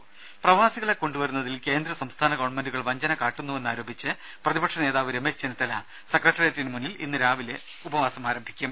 രദേ പ്രവാസികളെ കൊണ്ടുവരുന്നതിൽ കേന്ദ്ര സംസ്ഥാന ഗവൺമെന്റുകൾ വഞ്ചന കാട്ടുവന്നുവെന്ന് ആരോപിച്ച് പ്രതിപക്ഷ നേതാവ് രമേശ് ചെന്നിത്തല സെക്രറിയേറ്റിന് മുന്നിൽ ഇന്ന് ഉപവസിക്കും